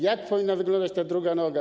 Jak powinna wyglądać ta druga noga?